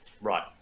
Right